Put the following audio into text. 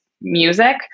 music